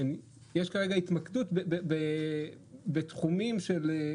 של התקנות בנושא של בטיחות מזון,